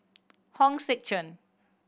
Hong Sek Chern